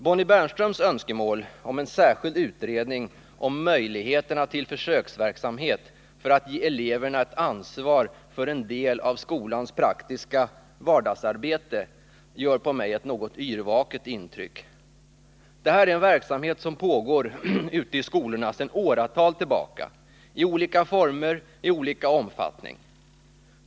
Bonnie Bernströms önskemål om en särskild utredning av möjligheterna Nr 117 till försöksverksamhet för att ge eleverna ett ansvar för en del av skolans praktiska vardagsarbete gör på mig ett något yrvaket intryck. Det här är en verksamhet som pågår ute i skolorna sedan åratal tillbaka i olika former och i olika omfattning.